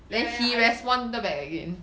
ya ya ya I saw